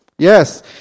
Yes